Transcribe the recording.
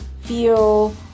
feel